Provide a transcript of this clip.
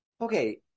okay